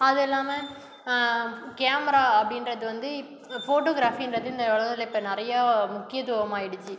அது இல்லாமல் கேமரா அப்படின்றது வந்து ஃபோட்டோகிராஃபின்றது இந்த உலகத்தில் இப்போ நிறையா முக்கியத்துவமாயிடிச்சி